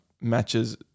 matches